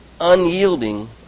unyielding